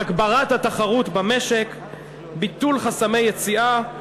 הגברת התחרות במשק, ביטול חסמי יציאה.